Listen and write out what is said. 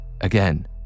Again